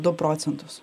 du procentus